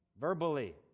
verbally